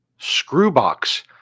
Screwbox